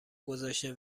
گذاشته